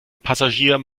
passagier